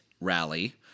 rally